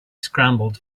scrambled